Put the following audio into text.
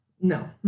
No